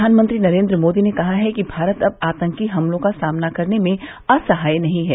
प्रधानमंत्री नरेंद्र मोदी ने कहा है कि भारत अब आतंकी हमलों का सामना करने में असहाय नहीं है